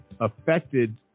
affected